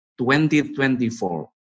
2024